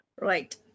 Right